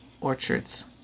orchards